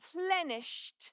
replenished